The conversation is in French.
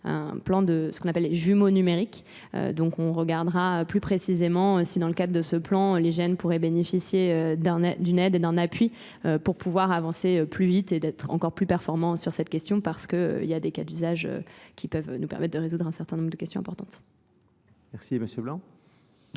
un plan de ce qu'on appelle les jumeaux numériques. Donc on regardera plus précisément si dans le cadre de ce plan, l'IGN pourrait bénéficier d'une aide et d'un appui pour pouvoir avancer plus vite et d'être encore plus performant sur cette question parce qu'il y a des cas d'usage qui peuvent nous permettre de résoudre un certain nombre de questions importantes. Merci monsieur Blanc.